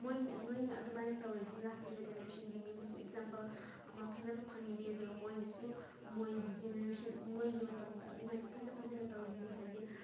ꯃꯣꯏꯅ ꯅꯣꯏꯅ ꯑꯗꯨꯃꯥꯏꯅ ꯇꯧꯔꯗꯤ ꯂꯥꯛꯂꯤꯕ ꯖꯦꯅꯦꯔꯦꯁꯟꯒꯤ ꯃꯤꯅꯁꯨ ꯑꯦꯛꯖꯥꯝꯄꯜ ꯑꯃ ꯐꯖꯕ ꯐꯪꯒꯤꯅꯤ ꯑꯗꯨꯒ ꯃꯣꯏꯅꯁꯨ ꯃꯣꯏꯒꯤ ꯖꯦꯅꯦꯔꯦꯁꯟ ꯃꯣꯏꯒꯤ ꯃꯇꯝꯗ ꯑꯗꯨꯃꯥꯏꯅ ꯐꯖ ꯐꯖꯅ ꯇꯧꯒꯅꯤ ꯍꯥꯏꯕꯗꯤ